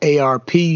ARP